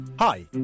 Hi